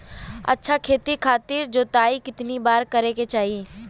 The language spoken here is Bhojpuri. अच्छा खेती खातिर जोताई कितना बार करे के चाही?